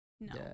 no